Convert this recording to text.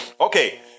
Okay